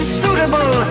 suitable